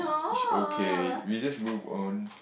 is okay we just move on